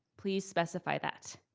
please specify that.